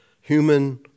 human